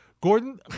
gordon